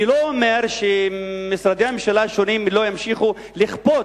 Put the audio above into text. אני לא אומר שמשרדי הממשלה השונים לא ימשיכו לכפות,